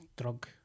drug